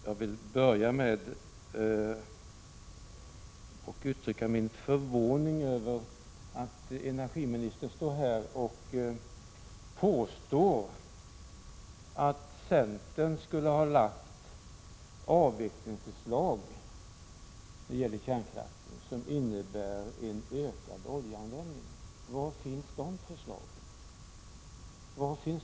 Jag vill börja med att uttrycka min förvåning över att energiministern påstår att centern skulle ha lagt fram avvecklingsförslag när det gäller kärnkraften som innebär en ökad oljeanvändning. Var finns de förslagen?